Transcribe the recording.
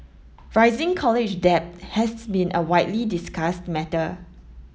rising college debt has been a widely discussed matter